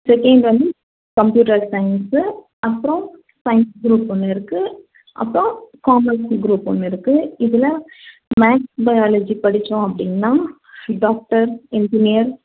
second வந்து computer science அப்புறம் science group ஒன்று இருக்குது அப்புறம் காமஸ் குரூப் ஒன்று இருக்குது இதில் மேக்ஸ் பயாலஜி படித்தோம் அப்படின்னா டாக்டர் இன்ஜினியர்